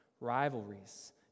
rivalries